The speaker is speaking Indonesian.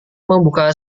membuka